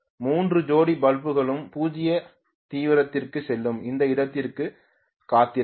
மூன்று ஜோடி பல்புகளும் பூஜ்ஜிய தீவிரத்திற்குச் செல்லும் அந்த இடத்திற்கு காத்திருங்கள்